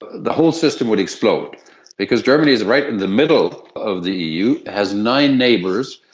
the whole system would explode because germany is right in the middle of the eu, has nine neighbours,